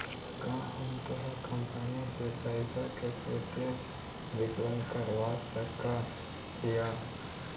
का हम तोर कंपनी से पइसा के प्रत्यक्ष विकलन करवा सकऽ हिअ?